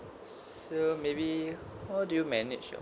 so maybe how do you manage your